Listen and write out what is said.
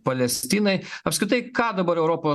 palestinai apskritai ką dabar europos